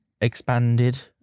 expanded